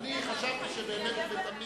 אני חשבתי שבאמת ובתמים